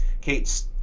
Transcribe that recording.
kate's